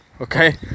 okay